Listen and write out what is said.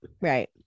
Right